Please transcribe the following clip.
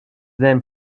then